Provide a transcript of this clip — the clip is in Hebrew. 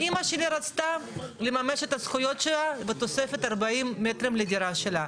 אמא שלי רצתה לממש את הזכויות שלה בתוספת 40 מטרים לדירה שלה.